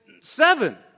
seven